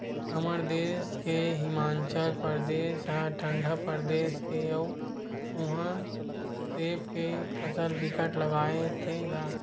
हमर देस के हिमाचल परदेस ह ठंडा परदेस हे अउ उहा सेब के फसल बिकट लगाथे गा